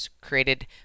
created